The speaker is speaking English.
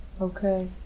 okay